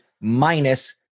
minus